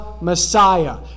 Messiah